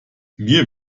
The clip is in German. mir